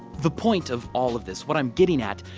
the point of all of this, what i'm getting at,